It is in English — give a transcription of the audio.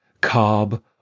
cob